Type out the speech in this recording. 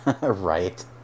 right